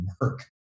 work